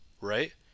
right